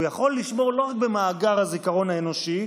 הוא יכול לשמור לא רק במאגר הזיכרון האנושי,